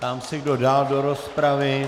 Ptám se, kdo dál do rozpravy.